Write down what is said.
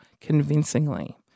convincingly